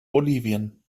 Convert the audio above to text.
bolivien